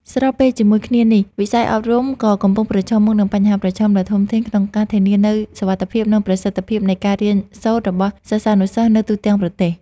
ស្របពេលជាមួយគ្នានេះ វិស័យអប់រំក៏កំពុងប្រឈមមុខនឹងបញ្ហាប្រឈមដ៏ធំធេងក្នុងការធានានូវសុវត្ថិភាព និងប្រសិទ្ធភាពនៃការរៀនសូត្ររបស់សិស្សានុសិស្សនៅទូទាំងប្រទេស។